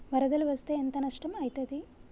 వరదలు వస్తే ఎంత నష్టం ఐతది?